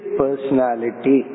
personality